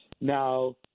Now